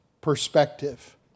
perspective